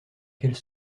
quelle